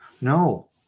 no